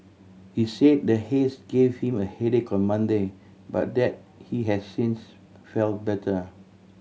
he said the haze give him a headache on Monday but that he has since felt better